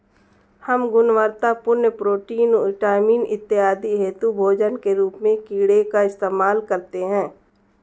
हम गुणवत्तापूर्ण protein, vitamin इत्यादि हेतु भोजन के रूप में कीड़े का इस्तेमाल करते हैं